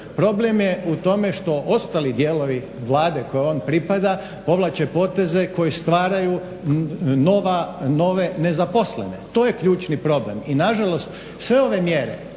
Problem je u tome što ostali dijelovi Vlade kojoj on pripada povlače poteze koji stvaraju nove nezaposlene. To je ključni problem. I nažalost, sve ove mjere